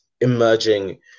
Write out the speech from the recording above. emerging